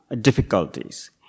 difficulties